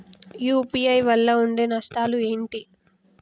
UPI వల్ల ఉండే నష్టాలు ఏంటి??